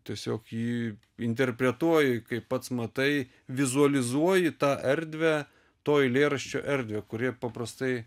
tiesiog jį interpretuoji kaip pats matai vizualizuoji tą erdvę to eilėraščio erdvę kurioje paprastai